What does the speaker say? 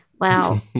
Wow